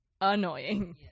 annoying